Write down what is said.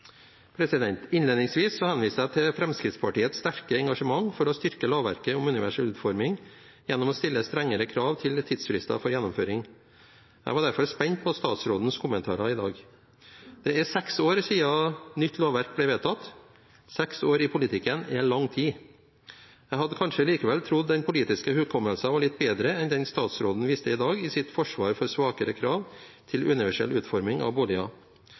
Innledningsvis viste jeg til Fremskrittspartiets sterke engasjement for å styrke lovverket om universell utforming gjennom å stille strengere krav til tidsfrister for gjennomføring. Jeg var derfor spent på statsrådens kommentarer i dag. Det er seks år siden nytt lovverk ble vedtatt. Seks år er lang tid i politikken. Jeg hadde kanskje likevel trodd at den politiske hukommelsen var litt bedre enn det statsråden viste i dag, i sitt forsvar for svakere krav til universell utforming av